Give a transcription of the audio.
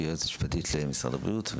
הוועדה מבקשת להודות לכל המשתפים בדיון.